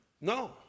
no